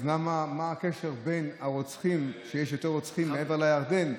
אז מה הקשר בין זה שיש יותר רוצחים מעבר לירדן,